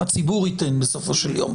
הציבור ייתן בסופו של יום.